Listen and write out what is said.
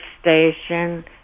station